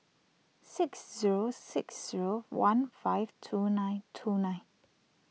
six zero six zero one five two nine two nine